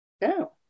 No